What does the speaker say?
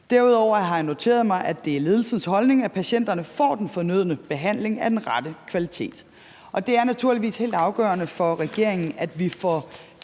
Derudover har jeg noteret mig, at det er ledelsens holdning, at patienterne får den fornødne behandling af den rette kvalitet. Det er naturligvis helt afgørende for regeringen, at vi får